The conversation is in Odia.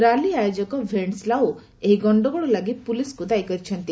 ର୍ୟାଲି ଆୟୋଜକ ଭେଷ୍ଟସ ଲାଉ ଏହି ଗଣ୍ଡଗୋଳ ଲାଗି ପୁଲିସ୍କୁ ଦାୟୀ କରିଛନ୍ତି